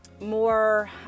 more